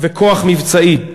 וכוח מבצעי.